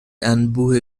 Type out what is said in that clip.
انبوه